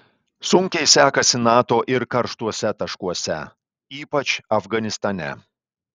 sunkiai sekasi nato ir karštuose taškuose ypač afganistane